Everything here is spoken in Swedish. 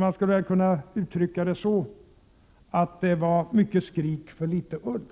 Man skulle kunna uttrycka det så, att det var mycket skrik för litet ull.